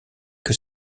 que